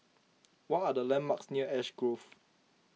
what are the landmarks near Ash Grove